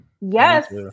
Yes